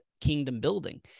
kingdom-building